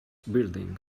building